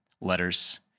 letters